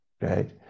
right